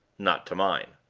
not to mine.